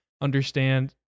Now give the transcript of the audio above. understand